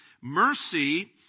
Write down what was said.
mercy